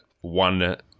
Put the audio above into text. one